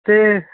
ते